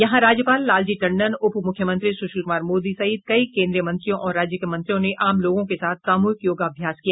यहां राज्यपाल लालजी टंडन उप मुख्यमंत्री सुशील कुमार मोदी सहित कई केन्द्रीय मंत्रियों और राज्य के मंत्रियों ने आम लोगों के साथ सामूहिक योगाभ्यास किया